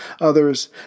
others